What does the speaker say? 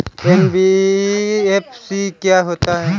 NBFC क्या होता है?